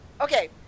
Okay